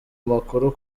amakuru